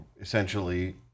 essentially